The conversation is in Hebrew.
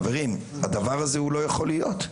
חברים, הדבר הזה הוא לא יכול להיות.